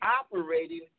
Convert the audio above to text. operating